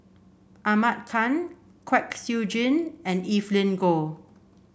Ahmad Khan Kwek Siew Jin and Evelyn Goh